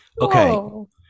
Okay